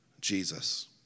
Jesus